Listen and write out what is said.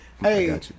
Hey